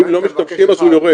אם לא משתמשים אז הוא יורד.